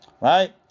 Right